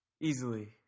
Easily